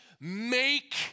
make